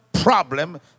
problem